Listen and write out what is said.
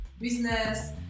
business